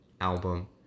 album